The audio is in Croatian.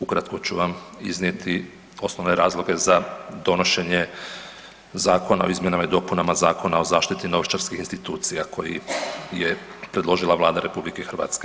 Ukratko ću vam iznijeti osnovne razloge za donošenje zakona o izmjenama i dopunama Zakona o zaštiti novčarskih institucija koji je predložila Vlada RH.